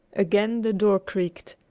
again the door creaked,